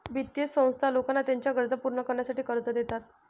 वित्तीय संस्था लोकांना त्यांच्या गरजा पूर्ण करण्यासाठी कर्ज देतात